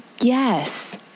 Yes